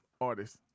artist